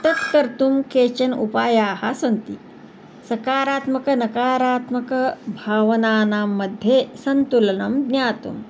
तत् कर्तुं केचन उपायाः सन्ति सकारात्मक नकारात्मक भावनानाम्मध्ये सन्तुलनं ज्ञातुम्